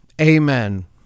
Amen